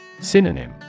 Synonym